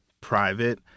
private